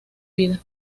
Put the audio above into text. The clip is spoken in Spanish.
vida